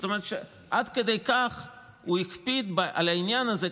עד כדי כך הוא הקפיד בעניין הזה,